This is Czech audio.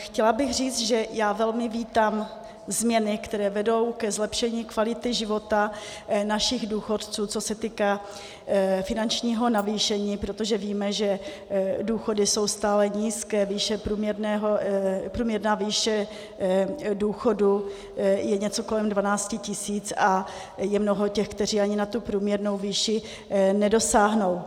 Chtěla bych říct, že já velmi vítám změny, které vedou ke zlepšení kvality života našich důchodců, co se týká finančního navýšení, protože víme, že důchody jsou stále nízké, průměrná výše důchodu je něco kolem 12 tisíc a je mnoho těch, kteří ani na tu průměrnou výši nedosáhnou.